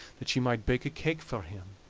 that she might bake a cake for him.